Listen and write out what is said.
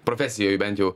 profesijoj bent jau